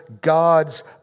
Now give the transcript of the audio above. God's